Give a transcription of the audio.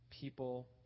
people